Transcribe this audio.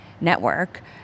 network